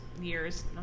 years